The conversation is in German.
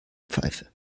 pfeife